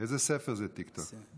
איזה ספר זה טיקטוק?